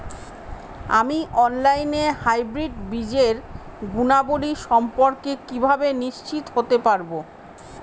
আমি অনলাইনে হাইব্রিড বীজের গুণাবলী সম্পর্কে কিভাবে নিশ্চিত হতে পারব?